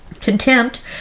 Contempt